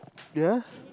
ya